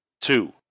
Two